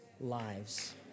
lives